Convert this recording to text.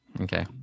Okay